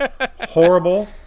horrible